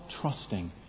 trusting